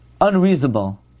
unreasonable